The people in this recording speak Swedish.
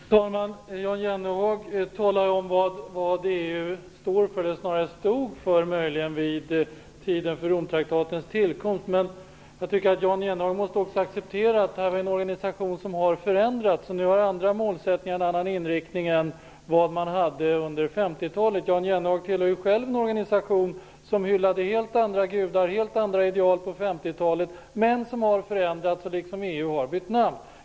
Fru talman! Jan Jennehag talar om vad EU står för eller snarare vad EU stod för vid Romfördragets tillkomst. Jan Jennehag måste acceptera att detta är en organisation som har förändrats. Den har andra målsättningar och en annan inriktning än den hade under 50-talet. Jan Jennehag tillhör själv en organisation som hyllade helt andra gudar och ideal på 50-talet och som har förändrats och liksom EU bytt namn.